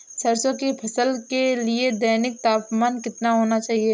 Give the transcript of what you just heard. सरसों की फसल के लिए दैनिक तापमान कितना होना चाहिए?